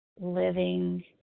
living